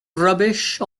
rubbish